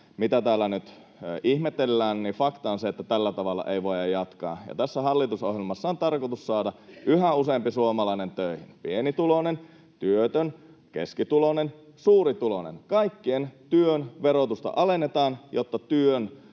mitä täällä nyt ihmetellään, mutta fakta on se, että tällä tavalla ei voida jatkaa. Tässä hallitusohjelmassa on tarkoitus saada yhä useampi suomalainen töihin — pienituloinen, työtön, keskituloinen, suurituloinen: kaikkien työn verotusta alennetaan, jotta työn